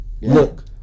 Look